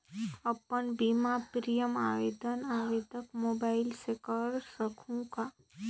अपन बीमा प्रीमियम आवेदन आवेदन मोबाइल से कर सकहुं का?